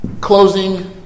Closing